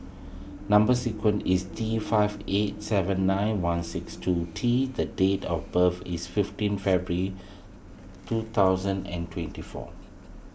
Number Sequence is T five eight seven nine one six two T the date of birth is fifteen February two thousand and twenty four